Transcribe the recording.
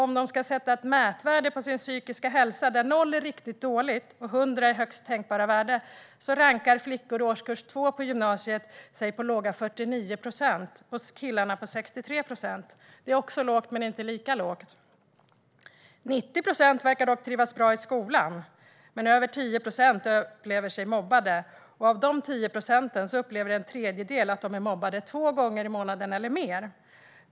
Om de ska sätta ett mätvärde på sin psykiska hälsa där 0 är riktigt dåligt och 100 är högsta tänkbara värde rankar flickor i årskurs 2 på gymnasiet på låga 49 procent och killarna på 63 procent - det är också lågt men inte lika lågt. Svar på interpellationer 90 procent av eleverna verkar dock trivas bra i skolan, men över 10 procent upplever sig mobbade. Av de 10 procenten upplever en tredjedel att de är mobbade två gånger i månaden eller mer.